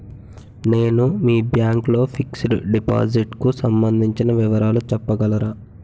నేను మీ బ్యాంక్ లో ఫిక్సడ్ డెపోసిట్ కు సంబందించిన వివరాలు చెప్పగలరా?